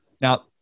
Now